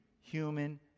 human